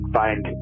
find